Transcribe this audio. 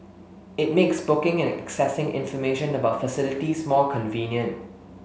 it makes booking and accessing information about facilities more convenient